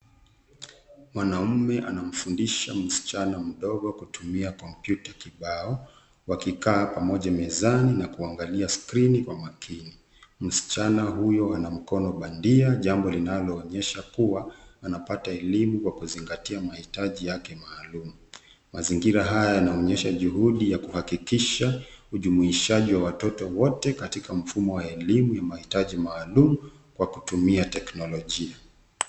Mwanaume anamfundisha msichana mdogo kutumia kompyuta kibao wakikaa pamoja mezani na kuangalia skrini kwa makini ,msichana huyo ana mkono bandia jambo linaloonyesha kuwa anapata elimu kwa kuzingatia mahitaji yake maalum ,mazingira haya yanaonyesha juhudi ya kuhakikisha ujumuishaji wa watoto wote katika mfumo wa elimu ya mahitaji maalum kwa kutumia teknolojia.